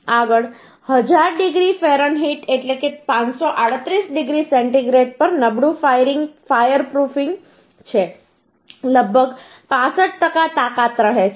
આગળ 1000 degree Fahrenheit એટલે કે 538 ડિગ્રી સેન્ટીગ્રેડ પર નબળું ફાયર પ્રૂફિંગ fire proofing અગ્નિરોધક છે લગભગ 65 ટકા તાકાત રહે છે